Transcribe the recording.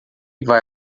vai